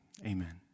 Amen